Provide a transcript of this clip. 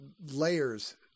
layers